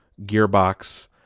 Gearbox